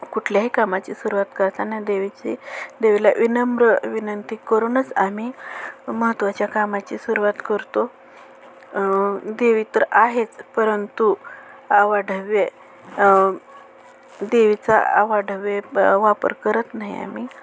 कुठल्याही कामाची सुरुवात करताना देवीची देवीला विनम्र विनंती करूनच आम्ही महत्त्वाच्या कामाची सुरवात करतो देवी तर आहेच परंतु अवाढव्य देवीचा अवाढव्य वापर करत नाही आम्ही